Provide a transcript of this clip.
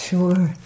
Sure